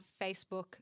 Facebook